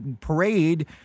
parade